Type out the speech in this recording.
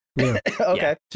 Okay